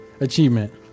achievement